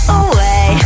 away